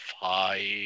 five